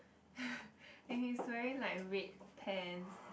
and he's wearing like red pants